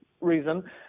reason